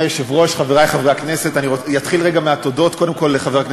חברת הכנסת בן ארי, מה זה קשור?